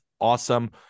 awesome